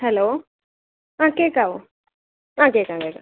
hello ആ കേൾക്കാമോ ആ കേൾക്കാം കേൾക്കാം